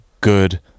good